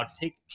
Take